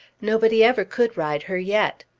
nobody ever could ride her yet.